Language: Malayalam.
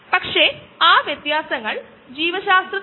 നമ്മൾ ഈ ബയോപ്രോസസ് സന്ദർശിക്കുന്നത് തുടരും